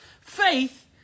Faith